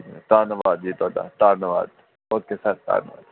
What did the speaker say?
ਧੰਨਵਾਦ ਜੀ ਤੁਹਾਡਾ ਧੰਨਵਾਦ ਓਕੇ ਸਰ ਧੰਨਵਾਦ